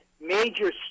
major